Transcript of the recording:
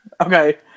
Okay